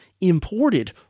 imported